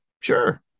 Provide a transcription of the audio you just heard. Sure